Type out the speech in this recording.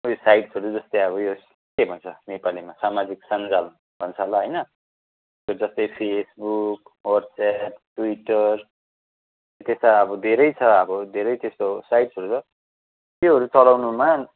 यो साइट्सहरू जस्तै अब यो के भन्छ नेपालीमा सामाजिक सञ्जाल भन्छ होला होइन यो जस्तै फेसबुक वाट्सएप ट्विटर त्यस्तो अब धेरै छ अब धेरै त्यस्तो साइट्सहरू छ त्योहरू चलाउनुमा